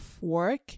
work